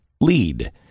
lead